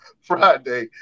Friday